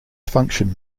function